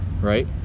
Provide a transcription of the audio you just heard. right